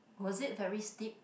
was it very steep